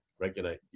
regulate